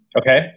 Okay